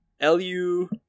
lu